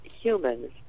humans